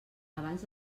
abans